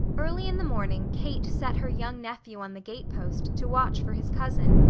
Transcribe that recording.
early in the morning kate set her young nephew on the gate-post to watch for his cousin,